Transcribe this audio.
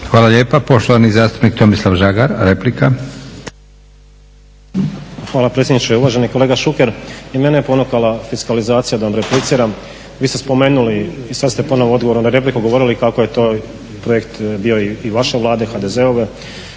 Hvala lijepa, poštovani zastupnik Tomislav Žagar, replika. **Žagar, Tomislav (SDP)** Hvala predsjedniče. Uvaženi kolega Šuker, i mene je ponukala fiskalizacija da vam repliciram. Vi ste spomenuli i sada ste ponovno odgovorom na repliku govorili kako je to projekt bio i vaše Vlade, HDZ-ove.